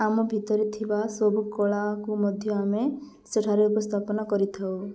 ଆମ ଭିତରେ ଥିବା ସବୁ କଳାକୁ ମଧ୍ୟ ଆମେ ସେଠାରେ ଉପସ୍ଥାପନା କରିଥାଉ